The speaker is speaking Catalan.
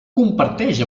comparteix